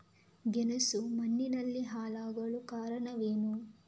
ಗೆಣಸು ಮಣ್ಣಿನಲ್ಲಿ ಹಾಳಾಗಲು ಕಾರಣವೇನು?